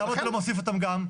למה אתה לא מוסיף אותן גם?